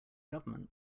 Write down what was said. government